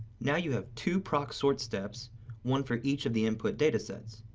now you have two proc sort steps one for each of the input data sets.